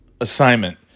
assignment